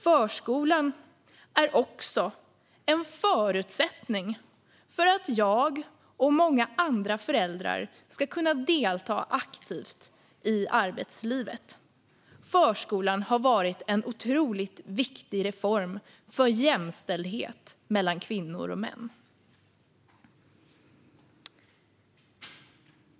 Förskolan är också en förutsättning för att jag och många andra föräldrar ska kunna delta aktivt i arbetslivet. Förskolan har varit en otroligt viktig reform för jämställdhet mellan kvinnor och män.